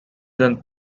then